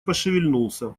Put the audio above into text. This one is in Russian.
пошевельнулся